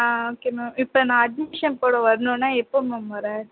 ஆ okay ma'am இப்போ நான் admission போட வர்ணுன்னா எப்போ மேம் வர